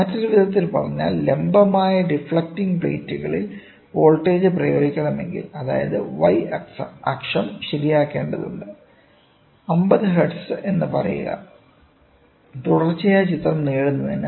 മറ്റൊരു വിധത്തിൽ പറഞ്ഞാൽ ലംബമായ ഡിഫ്ലക്ട്ടിംഗ് പ്ലേറ്റ് ങ്ങളിൽ വോൾട്ടേജ് പ്രയോഗിക്കണമെങ്കിൽ അതായത് Y അക്ഷം ശരിയാക്കേണ്ടതുണ്ട് 50 ഹെർട്സ് എന്ന് പറയുക തുടർച്ചയായ ചിത്രം നേടുന്നതിന്